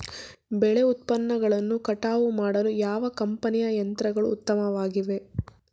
ಬೆಳೆ ಉತ್ಪನ್ನಗಳನ್ನು ಕಟಾವು ಮಾಡಲು ಯಾವ ಕಂಪನಿಯ ಯಂತ್ರಗಳು ಉತ್ತಮವಾಗಿವೆ?